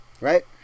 Right